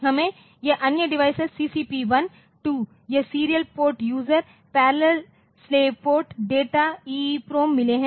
हमें यह अन्य डिवाइस CCP1 2 यह serial port user parallel slave port data EEPROM मिले है